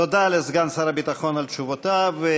תודה לסגן שר הביטחון על תשובותיו.